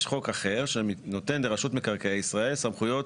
יש חוק אחר, שנותן לרשות מקרקעי ישראל, סמכויות,